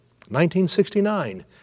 1969